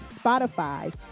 Spotify